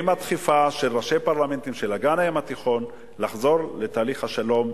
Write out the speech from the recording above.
עם הדחיפה של ראשי פרלמנטים של אגן הים התיכון לחזור לתהליך השלום,